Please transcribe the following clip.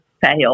fail